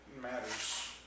matters